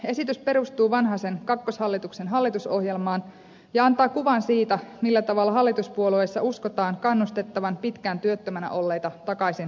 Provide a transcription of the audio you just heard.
esitys perustuu vanhasen kakkoshallituksen hallitusohjelmaan ja antaa kuvan siitä millä tavalla hallituspuolueissa uskotaan kannustettavan pitkään työttömänä olleita takaisin työelämään